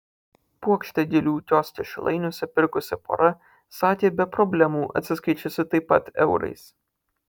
puokštę gėlių kioske šilainiuose pirkusi pora sakė be problemų atsiskaičiusi taip pat eurais